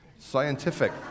Scientific